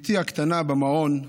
בתי הקטנה, במעון,